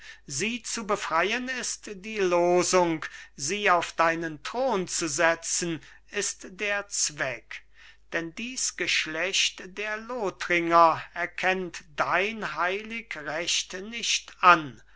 sie zu befreien ist die losung sie auf deinen thron zu setzen ist der zweck denn dies geschlecht der lothringer erkennt dein heilig recht nicht an